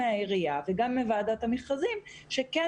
גם מן העירייה וגם מוועדת המכרזים שכן